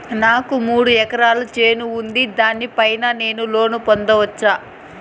నాకు మూడు ఎకరాలు చేను ఉంది, దాని పైన నేను లోను పొందొచ్చా?